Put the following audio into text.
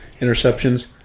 interceptions